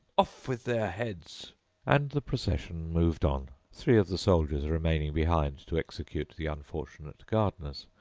off with their heads and the procession moved on, three of the soldiers remaining behind to execute the unfortunate gardeners,